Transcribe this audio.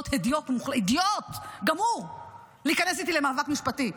הדיוט גמור להיכנס איתי למאבק משפטי.